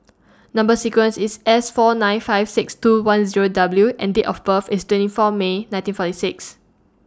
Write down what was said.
Number sequence IS S four nine five six two one Zero W and Date of birth IS twenty four May nineteen forty six